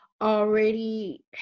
already